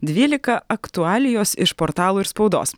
dvylika aktualijos iš portalų ir spaudos